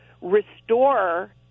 restore